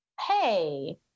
Hey